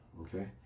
Okay